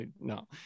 no